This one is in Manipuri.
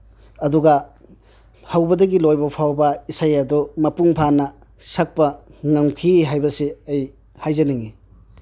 ꯑꯗꯨꯒ ꯍꯧꯕꯗꯒꯤ ꯂꯣꯏꯕ ꯐꯥꯎꯕ ꯏꯁꯩ ꯑꯗꯨ ꯃꯄꯨꯡ ꯐꯥꯅ ꯁꯛꯄ ꯉꯝꯈꯤ ꯍꯥꯏꯕꯁꯤ ꯑꯩ ꯍꯥꯏꯖꯅꯤꯡꯏ